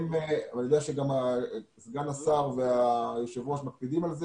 יודע שגם סגן השר והיושב ראש מקפידים על כך